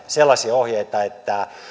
sellaisia ohjeita että